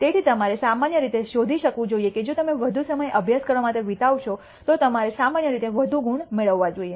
તેથી તમારે સામાન્ય રીતે શોધી શકવું જોઈએ કે જો તમે વધુ સમય અભ્યાસ કરવા માટે વિતાવશો તો તમારે સામાન્ય રીતે વધુ ગુણ મેળવવો જોઈએ